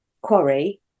quarry